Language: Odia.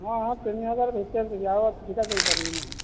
ହଁ ହଁ ତିନି ହଜାର ଭିତରେ ଦେବି ଆଉ ଅଧିକା ଦେଇ ପାରିବି ନାହିଁ